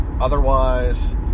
otherwise